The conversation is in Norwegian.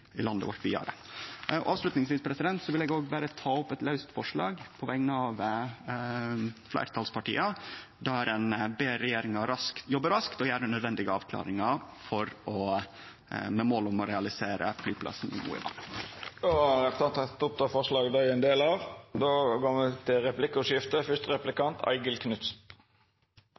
i landet vårt vidare. Avslutningsvis vil eg ta opp eit laust forslag på vegner av fleirtalspartia der ein ber regjeringa jobbe raskt og gjere dei nødvendige avklaringar med mål om å realisere flyplassen i Mo i Rana. Representanten Tore Storehaug har teke opp det forslaget han refererte til. For Arbeiderpartiet er det et mål å komme ut av